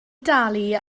dalu